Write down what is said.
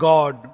God